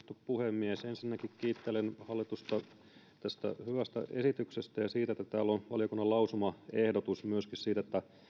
puhemies ensinnäkin kiittelen hallitusta hyvästä esityksestä ja siitä että täällä on valiokunnan lausumaehdotus myöskin siitä että